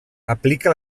aplica